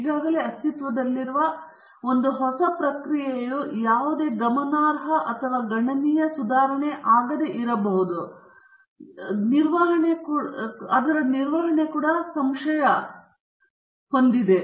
ಈಗಾಗಲೇ ಅಸ್ತಿತ್ವದಲ್ಲಿರುವ ಒಂದು ಹೊಸ ಪ್ರಕ್ರಿಯೆಯು ಯಾವುದೇ ಗಮನಾರ್ಹ ಅಥವಾ ಗಣನೀಯ ಸುಧಾರಣೆಯಾಗದಿರಬಹುದು ಎಂದು ನಿರ್ವಹಣೆ ಕೂಡ ಸಂಶಯ ಹೊಂದಿದೆ